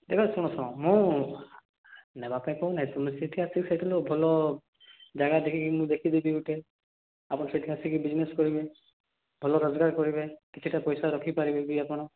ଦେଖ ଶୁଣ ଶୁଣ ମୁଁ ନେବାପାଇଁ କହୁନାଇଁ ତୁମେ ସେଠି ଆସିକି ସେଇଠି ଭଲ ଜାଗା ଦେଖିକି ମୁଁ ଦେଖିଦେବି ଗୋଟେ ଆପଣ ସେଠିକି ଆସିକି ବିଜନେସ୍ କରିବେ ଭଲ ରୋଜଗାର କରିବେ କିଛିଟା ପଇସା ରଖିପାରିବେ ବି ଆପଣ